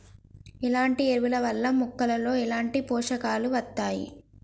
ఎట్లాంటి ఎరువుల వల్ల మొక్కలలో ఎట్లాంటి పోషకాలు వత్తయ్?